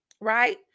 Right